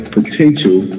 potential